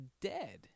dead